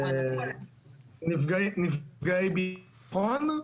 נפגעי ביטחון.